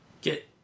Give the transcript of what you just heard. get